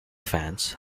fans